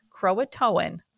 croatoan